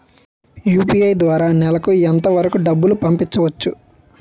UPI ద్వారా నెలకు ఎంత వరకూ డబ్బులు పంపించవచ్చు?